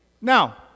Now